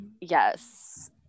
yes